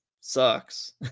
sucks